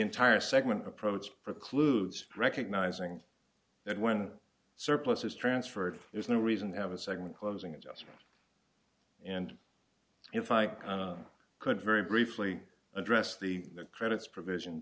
entire segment approach precludes recognizing that when surplus is transferred there's no reason to have a second closing adjustment and if i could very briefly address the credits provision